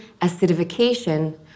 acidification